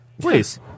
Please